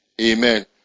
Amen